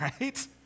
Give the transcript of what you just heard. right